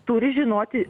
turi žinoti